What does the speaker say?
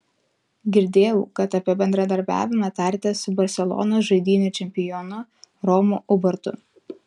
girdėjau kad apie bendradarbiavimą tarėtės su barselonos žaidynių čempionu romu ubartu